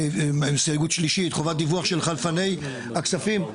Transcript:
הסתייגות שלישית: "חובת דיווח של חלפני הכספים ---"